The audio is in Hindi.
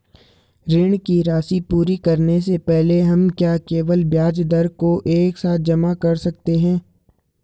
ऋण की राशि पूरी करने से पहले हम क्या केवल ब्याज दर को एक साथ जमा कर सकते हैं?